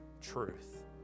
truth